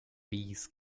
peace